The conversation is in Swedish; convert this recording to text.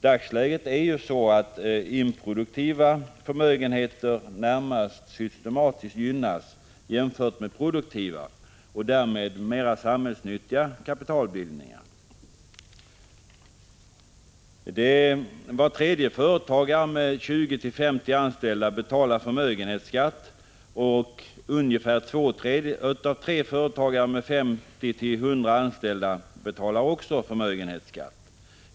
Dagsläget är ju sådant att improduktiva förmögenheter gynnas närmast systematiskt jämfört med produktiva och därmed mer samhällsnyttiga kapitalbildningar. Var tredje företagare med 20-50 anställda betalar förmögenhetsskatt, och ungefär två av tre företagare med 50-100 anställda betalar också förmögenhetsskatt.